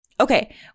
Okay